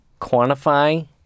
quantify